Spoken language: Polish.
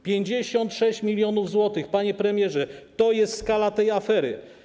56 mln zł, panie premierze, to jest skala tej afery.